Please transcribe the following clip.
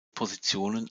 positionen